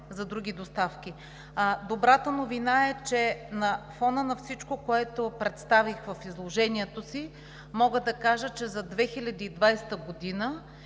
за други доставки. Добрата новина е, че на фона на всичко, което представих в изложението си, мога да кажа, че за 2020 г. има